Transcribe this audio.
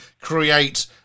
create